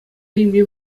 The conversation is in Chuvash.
илме